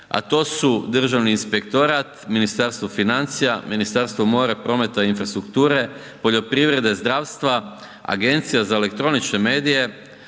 a to su Državni inspektorat, Ministarstvo financija, Ministarstvo mora, prometa i infrastrukture, poljoprivrede, zdravstva, Agencija za elektronične medije,